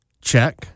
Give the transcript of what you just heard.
Check